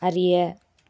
அறிய